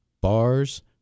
bars